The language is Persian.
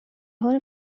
حال